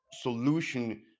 solution